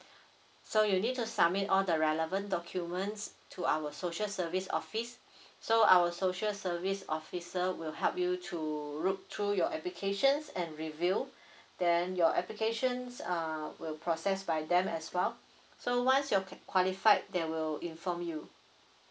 so you need to submit all the relevant documents to our social service office so our social service officer will help you to look through your applications and review then your applications uh will process by them as well so once you're qualified they will inform you